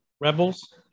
Rebels